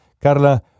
Carla